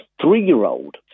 three-year-old